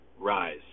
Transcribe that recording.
Rise